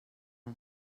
les